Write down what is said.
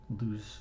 lose